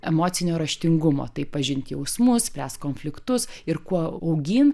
emocinio raštingumo tai pažinti jausmus spręsti konfliktus ir kuo augyn